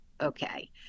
okay